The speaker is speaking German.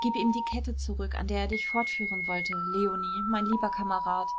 gib ihm die kette zurück an der er dich fortführen wollte leonie mein lieber kamerad